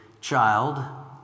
child